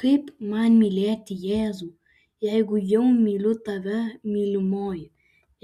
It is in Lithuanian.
kaip man mylėti jėzų jeigu jau myliu tave mylimoji